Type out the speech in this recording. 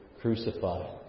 crucified